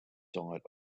diet